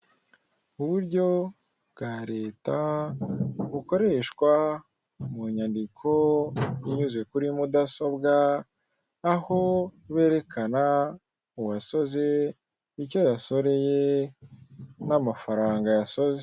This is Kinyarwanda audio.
Uburyo bwa leta bukoreshwa munyandiko binyuze kuri mudasobwa aho berekana uwasoze, icyo yasoreye, n'amafaranga yasoze.